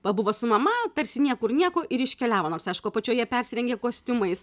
pabuvo su mama tarsi niekur nieko ir iškeliavo nors aišku apačioje persirengė kostiumais